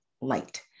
light